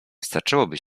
starczyłoby